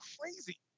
crazy